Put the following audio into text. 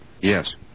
Yes